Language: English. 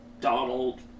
Donald